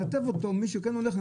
מי שכן הולך,